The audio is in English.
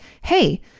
hey